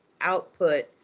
output